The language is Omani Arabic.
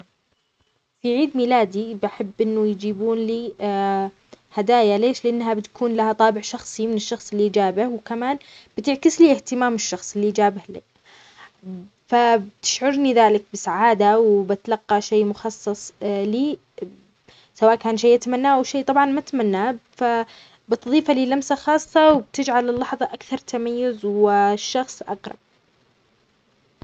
أفضل الحصول على الهدايا في عيد ميلادي. لأن الهدايا تكون مليانة اهتمام وتفكير من الشخص اللي يهديك. يعني يكون فيها معنى خاص، وتفرح لما تشوف الشخص اختار شيء يعجبك. أما النقود، يمكن ما تعكس نفس الشعور والاهتمام اللي في الهدية.